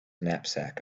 knapsack